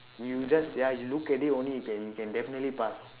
you just ya you look at it only you can you can definitely pass